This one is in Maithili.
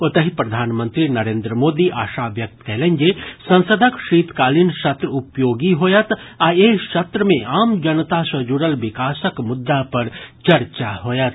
ओतहि प्रधानमंत्री नरेन्द्र मोदी आशा व्यक्त कयलनि जे संसदक शीतकालीन सत्र उपयोगी होयत आ एहि सत्र मे आम जनता सँ जुड़ल विकासक मुद्दा पर चर्चा होयत